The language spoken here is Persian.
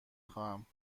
خواهم